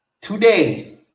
Today